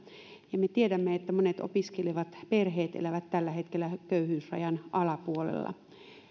ja me tiedämme että monet opiskelevat perheet elävät tällä hetkellä köyhyysrajan alapuolella